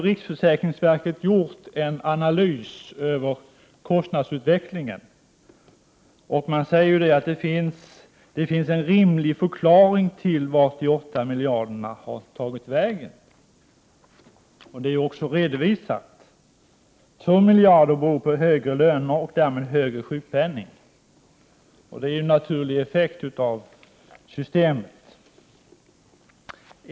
Riksförsäkringsverket har gjort en analys av kostnadsutvecklingen och säger att det finns en rimlig förklaring till vart de 8 miljarderna har tagit vägen, och det har också redovisats. 2 miljarder beror på högre löner och därmed högre sjukpenning, och det är en naturlig effekt av systemet.